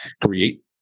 create